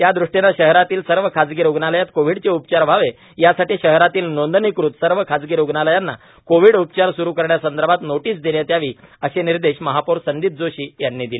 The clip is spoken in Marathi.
त्यादृष्टीने शहरातील सर्व खाजगी रुग्णालयांत कोव्हिडचे उपचार व्हावे यासाठी शहरातील नोंदणीकृत सर्वच खाजगी रुग्णालयांना कोव्हिड उपचार स्रू करण्यासंदर्भात नोटीस देण्यात यावी असे निर्देश महापौर संदीप जोशी यांनी दिले